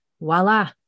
voila